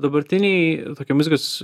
dabartinėj tokioj muzikos